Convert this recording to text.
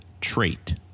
trait